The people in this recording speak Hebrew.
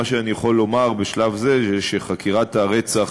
מה שאני יכול לומר בשלב זה שחקירת הרצח